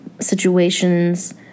situations